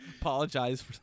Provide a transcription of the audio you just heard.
Apologize